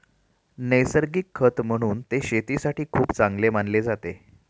नैसर्गिक खत म्हणून ते शेतीसाठी खूप चांगले मानले जाते